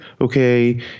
okay